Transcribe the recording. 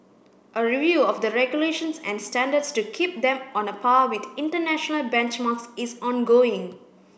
a review of the regulations and standards to keep them on a par with international benchmarks is ongoing